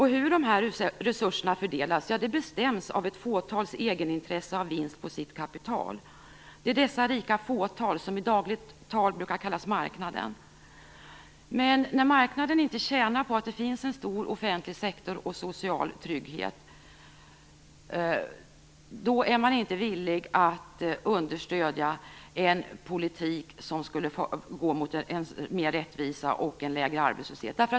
Hur de här resurserna fördelas bestäms av ett fåtals egenintresse av vinst på sitt kapital. Det är detta rika fåtal som i dagligt tal brukar kallas marknaden. Men när marknaden inte tjänar på att det finns en stor offentlig sektor och social trygghet är man inte villig att understödja en politik som skulle gå mot mer rättvisa och lägre arbetslöshet.